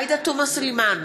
עאידה תומא סלימאן,